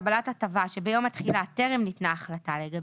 לקבלת ההטבה שביום התחילה טרם ניתנה החלטה לגביה,